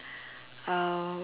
uh